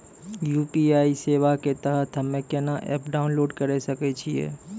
UPI सेवा के तहत हम्मे केना एप्प डाउनलोड करे सकय छियै?